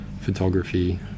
photography